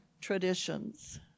traditions